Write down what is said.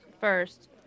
first